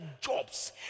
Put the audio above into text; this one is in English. jobs